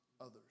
others